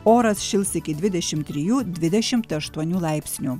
oras šils iki dvidešim trijų dvidešim aštuonių laipsnių